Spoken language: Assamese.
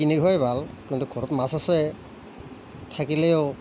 কিনি খোৱাই ভাল কিন্তু ঘৰত মাছ আছে থাকিলেও